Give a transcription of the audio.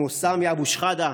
כמו סמי אבו שחאדה,